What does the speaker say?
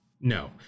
No